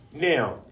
Now